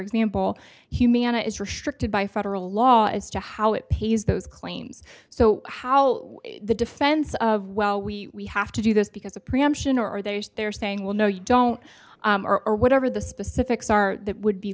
example humana is restricted by federal law as to how it pays those claims so how the defense of well we have to do this because of preemption or are they they're saying well no you don't are whatever the specifics are that would be